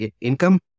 income